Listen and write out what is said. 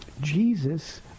Jesus